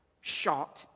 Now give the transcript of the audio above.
shot